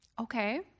okay